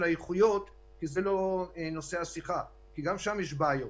האיכויות כי זה לא נושא השיחה אבל גם שם יש בעיות